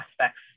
aspects